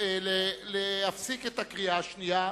להפסיק את הקריאה השנייה.